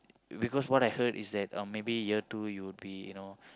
because what I heard is that um maybe year two you would be you know